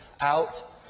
out